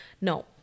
No